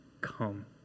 come